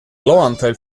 blauanteil